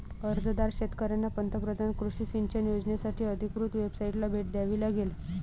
अर्जदार शेतकऱ्यांना पंतप्रधान कृषी सिंचन योजनासाठी अधिकृत वेबसाइटला भेट द्यावी लागेल